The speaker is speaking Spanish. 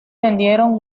vendieron